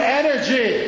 energy